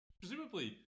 presumably